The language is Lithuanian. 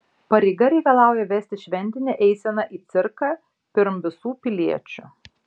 pareiga reikalauja vesti šventinę eiseną į cirką pirm visų piliečių